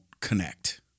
connect